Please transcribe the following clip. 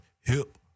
hip